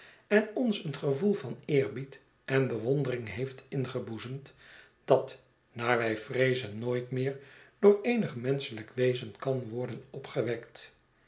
en ons een gevoel van eerbied en bewondering heeft ingeboezemd dat naar wij vreezen nooit meer door eenig menschelijk wezen kan worden opgewekt